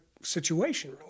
situation